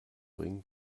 bringen